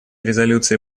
резолюции